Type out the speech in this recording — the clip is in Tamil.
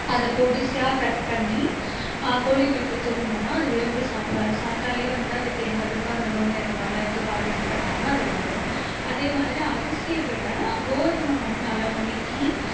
அதை பொடிசாக கட் பண்ணி கோழிங்களுக்கு தூவினோம்னா அது விரும்பி சாப்பிடாது சாப்பிட்டாலே வந்து அதுக்கு எந்த அளவுக்கு நோய் அது மாதிரிலாம் எதுவும் பாதிக்கப்படாமல் அது வளரும் அதே மாதிரி அரிசியை விட கோதுமை வந்து நல்லா நுணுக்கி